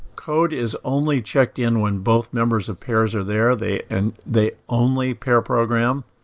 code is only checked in when both members of pairs are there. they and they only pair program.